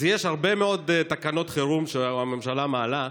אז יש הרבה מאוד תקנות חירום שהממשלה מעלה,